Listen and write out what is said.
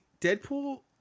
Deadpool